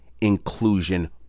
inclusion